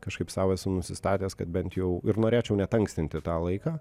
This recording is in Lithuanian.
kažkaip sau esu nusistatęs kad bent jau ir norėčiau net ankstinti tą laiką